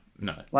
no